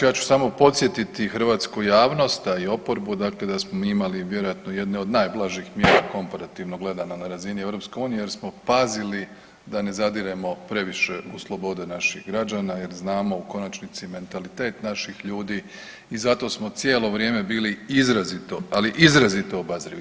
Ja ću samo podsjetiti hrvatsku javnost a i oporbu, dakle da smo mi imali vjerojatno jedne od najblažih mjera komparativno gledano na razini EU jer smo pazili da ne zadiremo previše u slobode naših građana jer znamo u konačnici mentalitet naših ljudi i zato smo cijelo vrijeme bili izrazito, ali izrazito obazrivi.